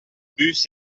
bus